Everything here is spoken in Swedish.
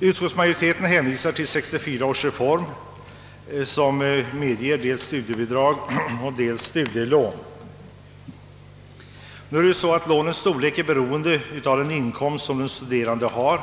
Utskottsmajoriteten hänvisar till 1964 års reform, som medger dels studiebidrag och dels studielån. Lånens storlek är beroende av den inkomst den studerande har.